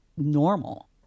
Normal